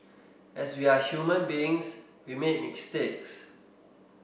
as we are human beings we make mistakes